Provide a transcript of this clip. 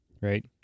Right